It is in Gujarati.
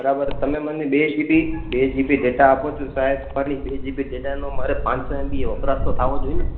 બરાબર તમે મને બે જીબી બે જીબી ડેટા આપો છો સાહેબ પણ એ બે જીબી ડેટાનો મારે પાંચસો એમબી એ વપરાશ તો થવો જોઇએ ને